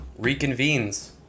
reconvenes